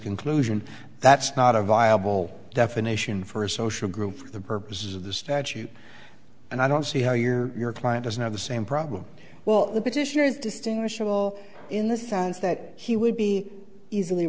conclusion that's not a viable definition for a social group for the purposes of the statute and i don't see how your client doesn't have the same problem well the petitioner is distinguishable in the sense that he would be easily